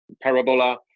Parabola